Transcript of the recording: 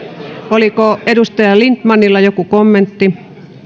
oliko edustaja lindtmanilla joku kommentti